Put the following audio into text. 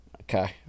Okay